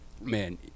man